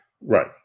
Right